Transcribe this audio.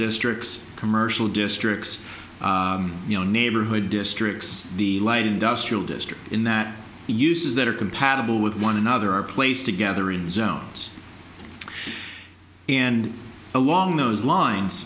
districts commercial districts you know neighborhood districts the light industrial district in that he uses that are compatible with one another are placed together in zones and along those lines